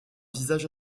visage